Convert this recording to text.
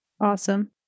Awesome